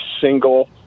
single